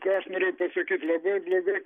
ką aš norėjau pasakyt labai blogai